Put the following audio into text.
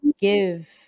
give